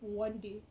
one day